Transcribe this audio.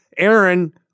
Aaron